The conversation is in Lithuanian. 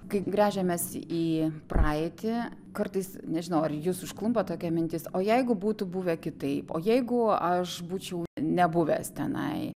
kai gręžiamės į praeitį kartais nežinau ar jus užklumpa tokia mintis o jeigu būtų buvę kitaip o jeigu aš būčiau nebuvęs tenai